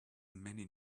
many